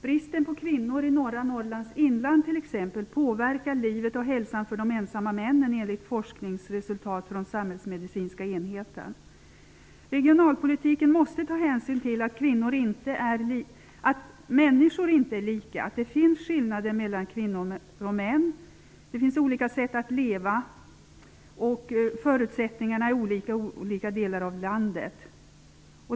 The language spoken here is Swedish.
Bristen på kvinnor i norra Norrlands inland påverkar t.ex. livet och hälsan för de ensamma männen, enligt forskningsresultat från Samhällsmedicinska enheten. Regionalpolitiken måste ta hänsyn till att människor inte är lika; det finns skillnader mellan kvinnor och män, det finns olika sätt att leva, och förutsättningarna är olika i skilda delar av landet.